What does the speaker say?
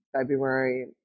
February